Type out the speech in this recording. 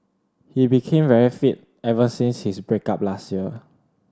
he became very fit ever since his break up last year